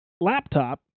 laptop